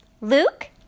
Luke